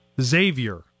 Xavier